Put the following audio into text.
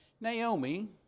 Naomi